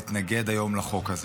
אתנגד היום לחוק הזה.